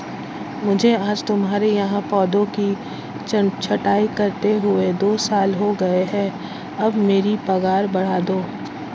मुझे आज तुम्हारे यहाँ पौधों की छंटाई करते हुए दो साल हो गए है अब मेरी पगार बढ़ा दो